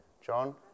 John